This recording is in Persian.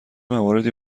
مواردی